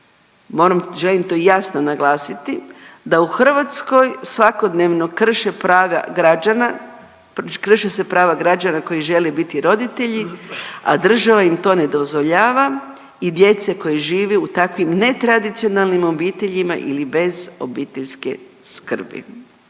moram i želim to jasno naglasiti, da u Hrvatskoj svakodnevno krše prava građana, krše se prava građana koji žele biti roditelji, a država im to ne dozvoljava i djece koji živi u takvim netradicionalnim obiteljima ili bez obiteljske skrbi.